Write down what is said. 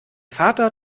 vater